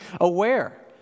aware